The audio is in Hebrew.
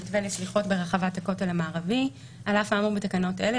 מתווה לסליחות ברחבת הכותל המערבי 20. על אף האמור בתקנות אלה,